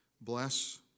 Bless